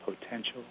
potential